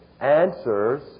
answers